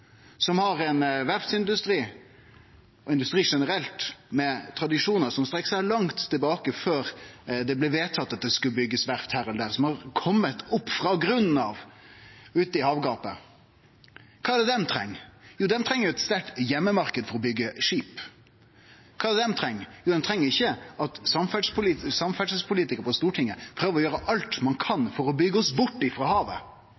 tradisjonar som strekkjer seg langt tilbake, før det blei vedtatt at det skulle byggjast verft her eller der, som har kome opp frå grunnen av, ute i havgapet. Kva er det den industrien treng? Jo, han treng ein sterk heimemarknad for å byggje skip. Kva er det dei treng? Dei treng ikkje at samferdselspolitikarar på Stortinget prøver å gjere alt vi kan for å byggje oss bort frå havet